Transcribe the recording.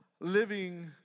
living